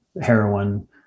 heroin